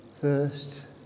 first